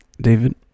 David